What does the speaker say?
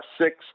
six